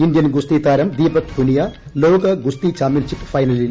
Indian ഗുസ്തി താരം ദീപക് പുനിയ ലോക ഗുസ്തി ചാമ്പ്യൻഷിപ്പ് ഫൈനലിൽ